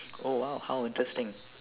oh !wow! how interesting